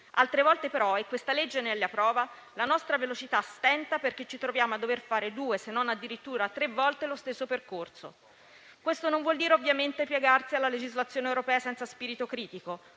Altre volte però - e questa legge ne è la prova - la nostra velocità stenta perché ci troviamo a dover fare due, se non addirittura tre volte lo stesso percorso. Questo non vuol dire ovviamente piegarsi alla legislazione europea senza spirito critico,